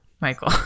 Michael